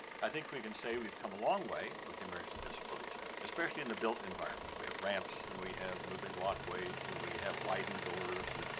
i think we can say we've come a long way with the americans with disabilities act, especially in the built environment, we have ramps, and we have moving walkways, and we have widened doors, and